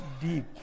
deep